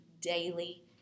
daily